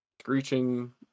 screeching